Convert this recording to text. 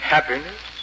Happiness